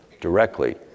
directly